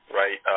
right